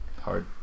Hard